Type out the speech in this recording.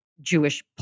Jewish